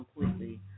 completely